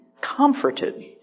comforted